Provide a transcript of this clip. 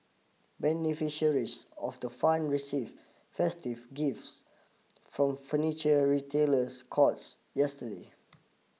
beneficiaries of the fund receive festive gifts from furniture retailers courts yesterday